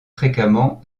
fréquemment